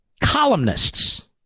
columnists